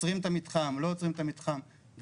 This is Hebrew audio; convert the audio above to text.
עוצרים את המתחם, לא עוצרים את המתחם.